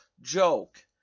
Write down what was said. joke